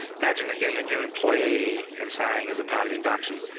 imagine they're getting a new employee and saying as a pattern induction